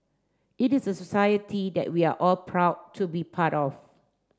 it is a society that we are all proud to be part of